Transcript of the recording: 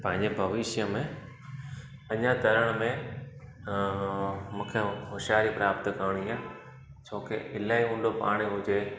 पंहिंजे भविष्य में अञा तरण में मूंखे हुशियारी प्राप्त करणी आहे छो के इलाही ऊंडो पाणी हुजे